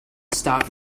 stop